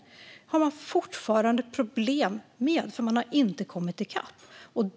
Detta har man fortfarande problem med eftersom man inte har kommit i kapp.